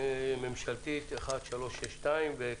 מ/1362.